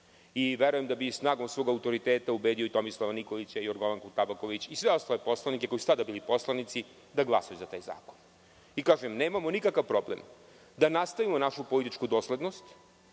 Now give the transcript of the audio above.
Verujem da bi snagom svog autoriteta ubedio i Tomislava Nikolića, Jorgovanku Tabaković i sve ostale poslanike koji su tada bili poslanici da glasaju za taj zakon. Nemamo nikakav problem da nastavimo našu političku doslednost,